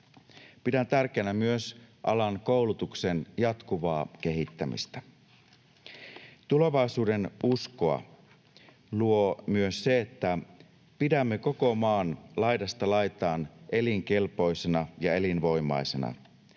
Pidän tärkeänä myös alan koulutuksen jatkuvaa kehittämistä. Tulevaisuudenuskoa luo myös se, että pidämme koko maan laidasta laitaan elinkelpoisena ja elinvoimaisena,